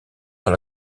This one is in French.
dans